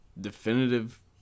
Definitive